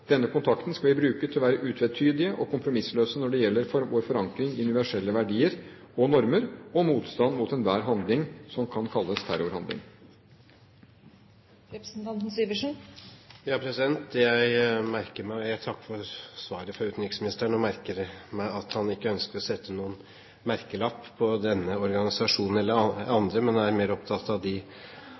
Denne kontakten skal vi bruke til å være utvetydige og kompromissløse når det gjelder vår forankring i universelle verdier og normer og vår motstand mot enhver handling som kan kalles terrorhandling. Jeg takker for svaret fra utenriksministeren og merker meg at han ikke ønsker å sette noen merkelapp på denne organisasjonen eller andre, men er mer opptatt av de